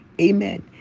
Amen